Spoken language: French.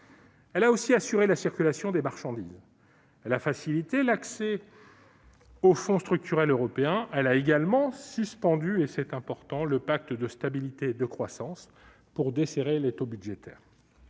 Elle a assuré la circulation des marchandises. Elle a facilité l'accès aux fonds structurels européens. Elle a suspendu- c'est important -le pacte de stabilité et de croissance pour desserrer l'étau budgétaire.